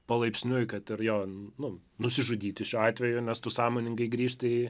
palaipsniui kad ir jo nu nusižudyti šiuo atveju nes tu sąmoningai grįžti į